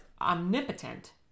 Omnipotent